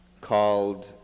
called